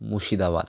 Murshidabad